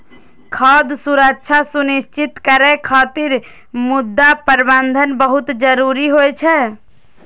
खाद्य सुरक्षा सुनिश्चित करै खातिर मृदा प्रबंधन बहुत जरूरी होइ छै